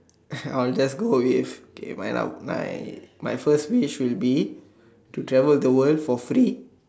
I'll just go with okay my la~ my my first wish will be to travel the world for free